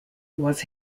was